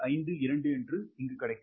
852 என்று கிடைக்கும்